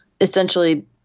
essentially